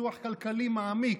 כלכלי מעמיק: